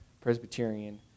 Presbyterian